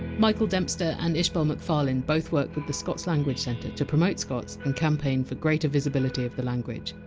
michael dempster and ishbel mcfarlane both work with the scots language centre to promote scots and campaign for greater visibility of the language.